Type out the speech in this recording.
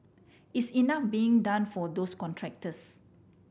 is enough being done for those contractors